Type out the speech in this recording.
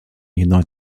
united